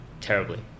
terribly